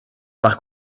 par